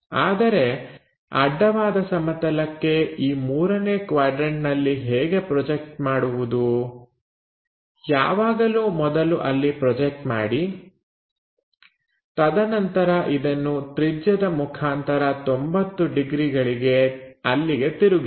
ಆದರೆ ಅಡ್ಡವಾದ ಸಮತಲಕ್ಕೆ ಈ ಮೂರನೇ ಕ್ವಾಡ್ರನ್ಟನಲ್ಲಿ ಹೇಗೆ ಪ್ರೊಜೆಕ್ಟ್ ಮಾಡುವುದು ಯಾವಾಗಲೂ ಮೊದಲು ಅಲ್ಲಿ ಪ್ರೊಜೆಕ್ಟ್ ಮಾಡಿ ತದನಂತರ ಇದನ್ನು ತ್ರಿಜ್ಯದ ಮುಖಾಂತರ 90 ಡಿಗ್ರಿಗಳಿಗೆ ಅಲ್ಲಿಗೆ ತಿರುಗಿಸಿ